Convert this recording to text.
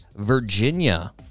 Virginia